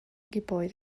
gebäude